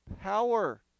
power